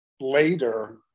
later